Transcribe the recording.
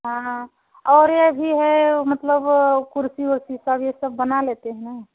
हाँ हाँ और यह भी है वह मतलब कुर्सी उर्सी सब यह सब बना लेते हैं